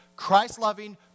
Christ-loving